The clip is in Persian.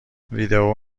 ویدئو